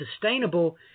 sustainable